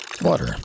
Water